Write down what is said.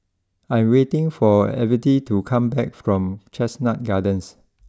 I am waiting for Evette to come back from Chestnut Gardens